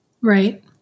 Right